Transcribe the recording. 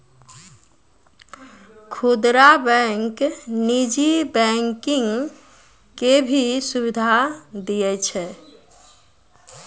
खुदरा बैंक नीजी बैंकिंग के भी सुविधा दियै छै